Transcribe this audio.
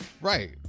Right